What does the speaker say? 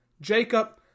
Jacob